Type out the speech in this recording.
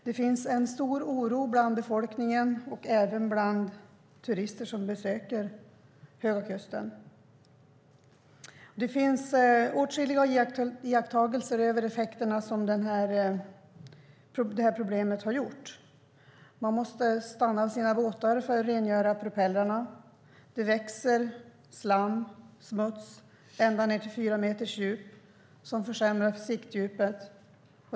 Det finns en stor oro bland befolkningen och även bland de turister som besöker Höga kusten. Det finns åtskilliga iakttagelser av de effekter som det här problemet har fört med sig. Man måste stanna sina båtar för att rengöra propellrarna. Det växer slam och smuts ända ned till fyra meters djup, vilket försämrar sikten.